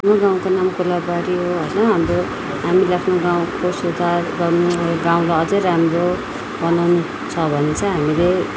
यो गाउँको नाम कोलाबारी हो होइन हाम्रो हामीले आफ्नो गाउँको सुधार गर्न यो गाउँलाई अझै राम्रो बनाउन छ भने चाहिँ हामीले